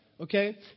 okay